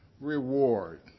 reward